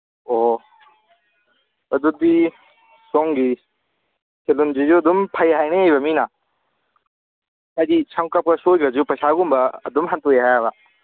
ꯑꯣ ꯑꯗꯨꯗꯤ ꯁꯣꯝꯒꯤ ꯁꯦꯂꯨꯟꯁꯤꯁꯨ ꯑꯗꯨꯝ ꯐꯩ ꯍꯥꯏꯅꯩꯌꯦꯕ ꯃꯤꯅ ꯍꯥꯏꯗꯤ ꯁꯝ ꯀꯛꯄ ꯁꯣꯏꯒ꯭ꯔꯁꯨ ꯄꯩꯁꯥꯒꯨꯝꯕ ꯑꯗꯨꯝ ꯍꯟꯇꯣꯛꯑꯦ ꯍꯥꯏꯌꯦꯕ